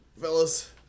fellas